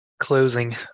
Closing